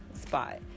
spot